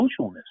socialness